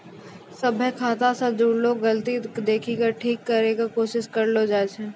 सभ्भे खाता से जुड़लो गलती के देखि के ठीक करै के कोशिश करलो जाय छै